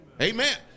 Amen